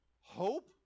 hope